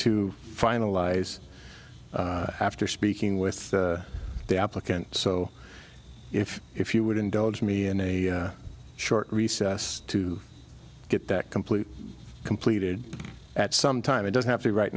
to finalize after speaking with the applicant so if if you would indulge me in a short recess to get that complete completed at some time it doesn't have to right